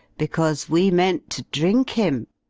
because we meant to drink him